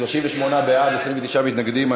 38 בעד, 29 מתנגדים.